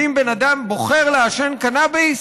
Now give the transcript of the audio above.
ואם בן אדם בוחר לעשן קנאביס,